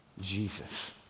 Jesus